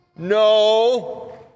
no